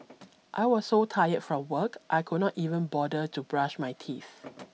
I was so tired from work I could not even bother to brush my teeth